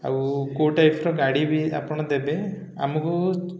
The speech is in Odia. ଆଉ କେଉଁ ଟାଇପ୍ର ଗାଡ଼ି ବି ଆପଣ ଦେବେ ଆମକୁ